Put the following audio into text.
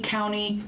County